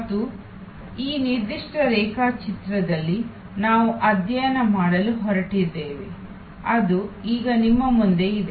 ಮತ್ತು ಈ ನಿರ್ದಿಷ್ಟ ರೇಖಾಚಿತ್ರದಲ್ಲಿ ನಾವು ಅಧ್ಯಯನ ಮಾಡಲು ಹೊರಟಿದ್ದೇವೆ ಅದು ಈಗ ನಿಮ್ಮ ಮುಂದೆ ಇದೆ